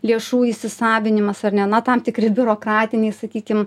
lėšų įsisavinimas ar ne na tam tikri biurokratiniai sakykim